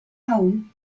home